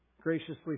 graciously